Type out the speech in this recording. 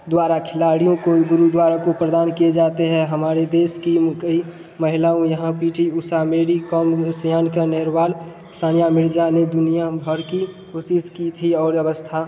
द्वारा खिलाड़ियों को गुरु द्वारा को प्रधान किए जाते हैं हमारे देश के कई महिलाओं यहाँ पी टी उषा सानिया नेहवाल सानिया मिर्ज़ा अन्य दुनिया भर की कोशिश की थी और व्यवस्था